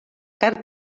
carn